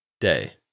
Day